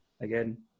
again